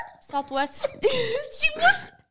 Southwest